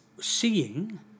seeing